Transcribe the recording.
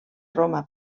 roma